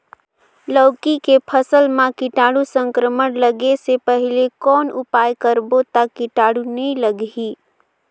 लौकी के फसल मां कीटाणु संक्रमण लगे से पहले कौन उपाय करबो ता कीटाणु नी लगही?